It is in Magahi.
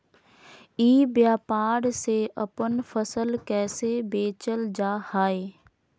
ई व्यापार से अपन फसल कैसे बेचल जा हाय?